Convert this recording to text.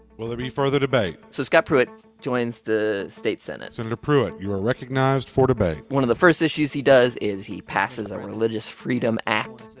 will there be further debate? so scott pruitt joins the state senate senator pruitt, you are recognized for debate one of the first issues he does is he passes a religious freedom act.